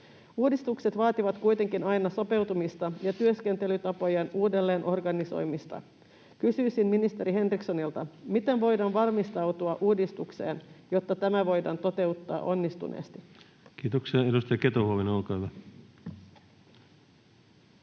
Uudistukset vaativat kuitenkin aina sopeutumista ja työskentelytapojen uudelleenorganisoimista. Kysyisin ministeri Henrikssonilta: miten voidaan valmistautua uudistukseen, jotta tämä voidaan toteuttaa onnistuneesti? [Speech 135] Speaker: Ensimmäinen varapuhemies